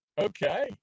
Okay